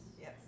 Yes